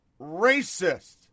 racist